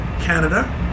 Canada